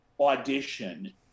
audition